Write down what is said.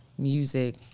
Music